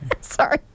Sorry